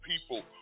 people